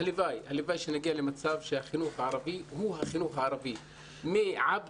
הלוואי שנגיע שהחינוך הערבי הוא החינוך הערבי מעבדה